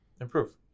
improve